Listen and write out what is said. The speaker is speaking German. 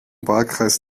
wahlkreis